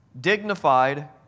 dignified